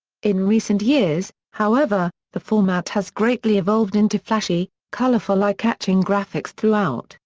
in recent years, however, the format has greatly evolved into flashy, colorful eye-catching graphics throughout,